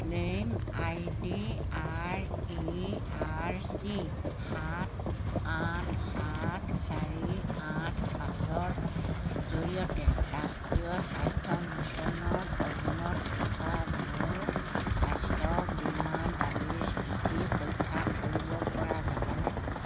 claim I D R E R C সাত আঠ সাত চাৰি আঠ পাঁচৰ জৰিয়তে ৰাষ্ট্ৰীয় স্বাস্থ্য মিছনৰ অধীনত থকা মোৰ স্বাস্থ্য বীমা দাবীৰ স্থিতি পৰীক্ষা কৰিবপৰা যাবনে